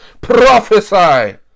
prophesy